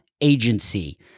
agency